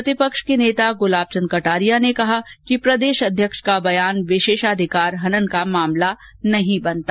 प्रतिपक्ष के नेता गुलाब चन्द कटारिया ने कहा कि प्रदेश अध्यक्ष का बयान विशेषाधिकार हनन का मामला नहीं बनता